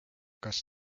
kas